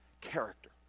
character